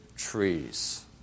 trees